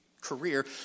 Career